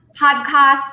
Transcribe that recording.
podcast